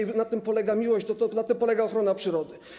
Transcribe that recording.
I na tym polega miłość, to na tym polega ochrona przyrody.